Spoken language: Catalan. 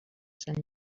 sant